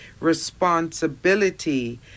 responsibility